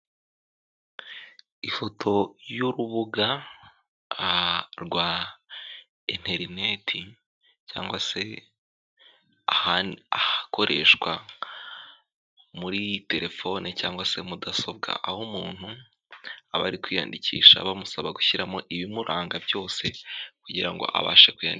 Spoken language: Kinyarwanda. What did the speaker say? Ifoto y'urubuga rwa interineti cyangwa se ahakoreshwa muri telefone cyangwa se mudasobwa aho umuntu aba ari kwiyandikisha bamusaba gushyiramo ibimuranga byose kugira ngo abashe kwiyandikisha.